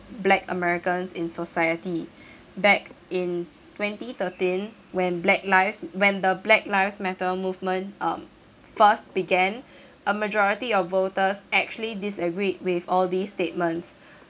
black americans in society back in twenty thirteen when black lives when the black lives matter movement uh first began a majority of voters actually disagree with all these statements